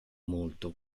molto